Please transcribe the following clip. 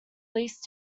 leased